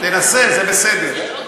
תנסה, זה בסדר.